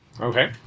Okay